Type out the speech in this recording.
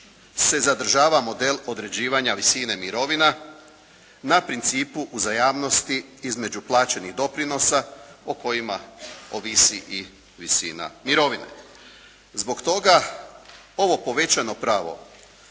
se zadržava model određivanja visine mirovina na principu uzajamnosti između plaćenih doprinosa o kojima ovisi i visina mirovine. Zbog toga, ovo povećano pravo,